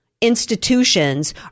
institutions